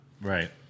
Right